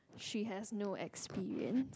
she has no experience